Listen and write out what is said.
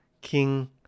King